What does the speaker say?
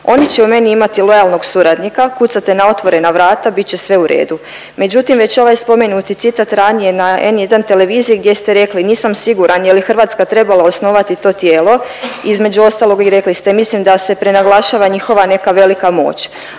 „Oni će u meni imati lojalnog suradnika, kucati na otvorena vrata bit će sve u redu“, međutim već ovaj spomenuti citat ranije na N1 televiziji gdje ste rekli „Nisam siguran je li Hrvatska trebala osnovati to tijelo“ između ostalog i rekli ste „mislim da se prenaglašava njihova neka velika moć.“.